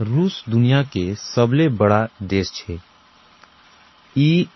रूस दुनिया के सबले बड़ा देश छे। ये